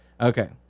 Okay